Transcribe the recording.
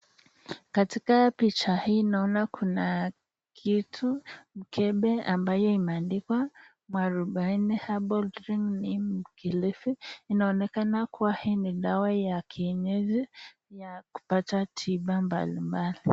Katika picha hii naona Kuna kitu ambacho ni mkembe imeandikwa, Herbal clinic kilifi. Inaonekana kuwa hii ni dawa ya kienyeji ya kupaka hili kupata tiba mbalimbali.